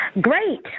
Great